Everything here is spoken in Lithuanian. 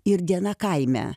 ir gena kaime